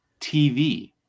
TV